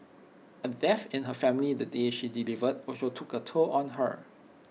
A death in her family the day she delivered also took A toll on her